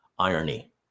Irony